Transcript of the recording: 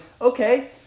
okay